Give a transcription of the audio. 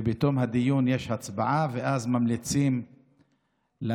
ובתום הדיון יש הצבעה, ואז ממליצים למליאה